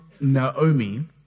Naomi